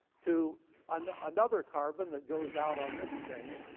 to and another carbon that goes out on this chain,